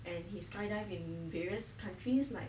and he skydive in various countries like